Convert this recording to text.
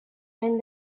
and